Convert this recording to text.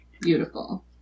Beautiful